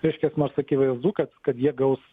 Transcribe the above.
reiškias nors akivaizdu kad kad jie gaus